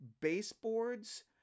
baseboards